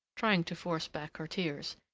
trying to force back her tears.